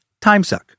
timesuck